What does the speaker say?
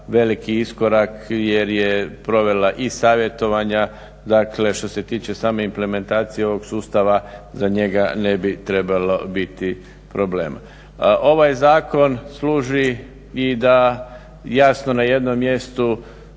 veliki iskorak jer je provela i savjetovanja dakle, što se tiče same implementacije ovog sustava za njega ne bi trebalo biti problema. Ovaj zakon služi i da jasno na jednom mjestu